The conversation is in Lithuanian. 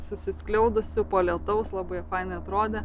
susiskliaudusių po lietaus labai fainai atrodė